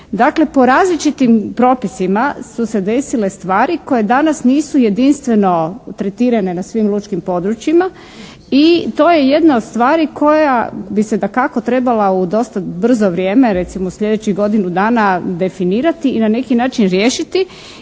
Dakle po različitim propisima su se desile stvari koje danas nisu jedinstveno tretirane na svim lučkim područjima i to je jedna od stvari koja bi se dakako trebala u dosta brzo vrijeme, recimo sljedećih godinu dana definirati i na neki način riješiti,